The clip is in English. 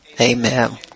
amen